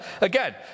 again